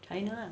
china ah